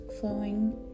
flowing